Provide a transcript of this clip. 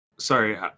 Sorry